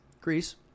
Greece